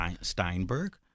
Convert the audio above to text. Steinberg